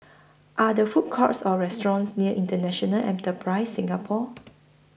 Are There Food Courts Or restaurants near International Enterprise Singapore